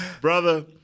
Brother